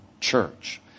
church